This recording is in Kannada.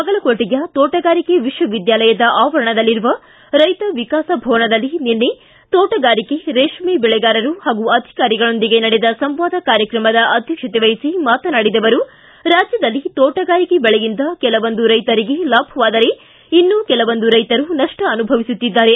ಬಾಗಲಕೋಟೆಯ ತೋಟಗಾರಿಕೆ ವಿಕ್ವ ವಿದ್ವಾಲಯದ ಆವರಣದಲ್ಲಿರುವ ರೈತ ವಿಕಾಸ ಭವನದಲ್ಲಿ ನಿನ್ನೆ ತೋಟಗಾರಿಕೆ ರೇಷ್ನೆ ಬೆಳೆಗಾರರು ಹಾಗೂ ಅಧಿಕಾರಿಗಳೊಂದಿಗೆ ನಡೆದ ಸಂವಾದ ಕಾರ್ಯಕ್ರಮದ ಅಧ್ಯಕ್ಷತೆ ವಹಿಸಿ ಮಾತನಾಡಿದ ಅವರು ರಾಜ್ಯದಲ್ಲಿ ತೋಟಗಾರಿಕೆ ಬೆಳೆಯಿಂದ ಕೆಲವೊಂದು ರೈತರಿಗೆ ಲಾಭವಾದರೆ ಇನ್ನು ಕೆಲವೊಂದು ರೈತರು ನಪ್ಪ ಅನುಭವಿಸುತ್ತಿದ್ದಾರೆ